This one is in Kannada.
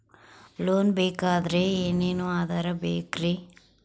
ಲೋನ್ ಬೇಕಾದ್ರೆ ಏನೇನು ಆಧಾರ ಬೇಕರಿ?